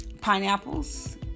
pineapples